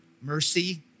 mercy